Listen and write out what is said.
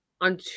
on